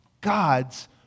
God's